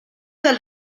del